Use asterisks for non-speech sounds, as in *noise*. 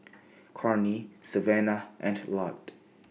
Cornie Savannah and *noise* Lott